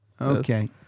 Okay